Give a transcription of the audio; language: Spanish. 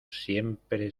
siempre